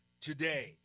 today